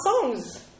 songs